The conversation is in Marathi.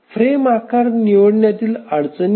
फ्रेम आकार निवडण्यातील अडचणी आहेत